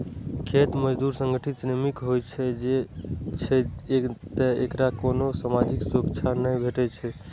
खेत मजदूर असंगठित श्रमिक होइ छै, तें एकरा कोनो सामाजिक सुरक्षा नै भेटै छै